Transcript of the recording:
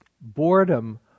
Boredom